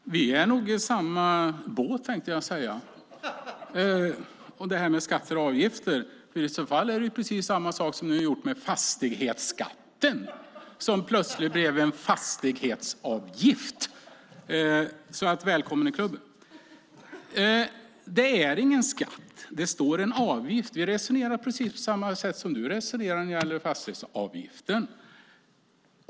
Fru talman! Ja, vi sitter nog i samma båt, tänkte jag säga, när det gäller det här med skatter och avgifter. För det är precis samma sak som ni har gjort med fastighetsskatten, som plötsligt blev en fastighetsavgift. Välkommen till klubben! Det är ingen skatt. Det står att det är en avgift. Vi resonerar på precis samma sätt som du resonerar när det gäller fastighetsavgiften.